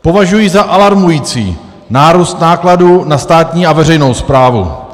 Považuji za alarmující nárůst nákladů na státní a veřejnou správu.